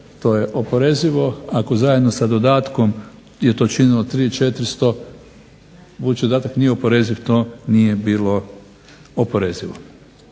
to je oporezivo a ako zajedno sa dodatkom je to činilo 3400, budući dodatak nije oporeziv, to nije bilo oporezivo.